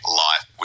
life